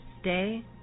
stay